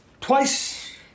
Twice